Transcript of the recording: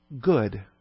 good